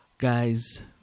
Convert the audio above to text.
guys